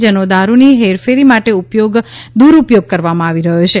જેનો દારૂની હેરાફેરી માટે દૂરપથોગ કરવામાં આવી રહ્યો છે